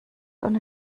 ohne